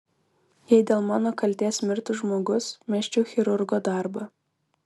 jei dėl mano kaltės mirtų žmogus mesčiau chirurgo darbą